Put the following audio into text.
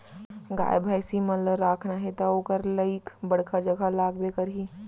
गाय भईंसी मन ल राखना हे त ओकर लाइक बड़का जघा लागबे करही